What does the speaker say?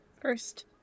First